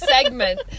segment